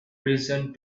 reason